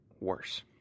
worse